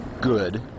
good